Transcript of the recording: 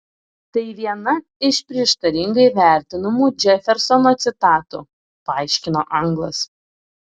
tai viena iš prieštaringai vertinamų džefersono citatų paaiškino anglas